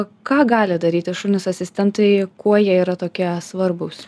ką gali daryti šunys asistentai kuo jie yra tokie svarbūs